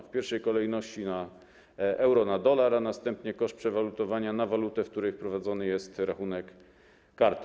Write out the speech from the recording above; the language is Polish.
W pierwszej kolejności euro na dolar, a następnie koszt przewalutowania na walutę, w której prowadzony jest rachunek karty.